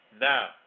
Now